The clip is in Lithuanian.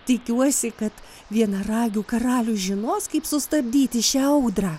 tikiuosi kad vienaragių karalius žinos kaip sustabdyti šią audrą